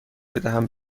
بدهم